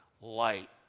light